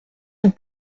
vous